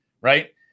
right